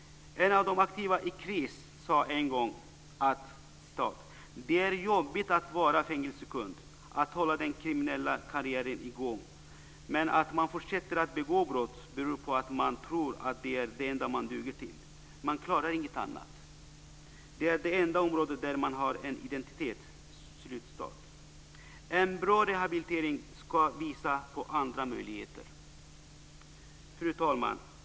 En av de aktiva i KRIS sade en gång att "det är jobbigt att vara fängelsekund, att hålla den kriminella karriären igång. Men att man fortsätter att begå brott beror på att man tror att det är det enda man duger till. Man klarar inget annat. Det är det enda område där man har en identitet." En bra rehabilitering ska visa på andra möjligheter. Fru talman!